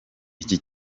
iki